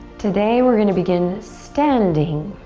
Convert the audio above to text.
today we're gonna begin standing.